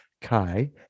Kai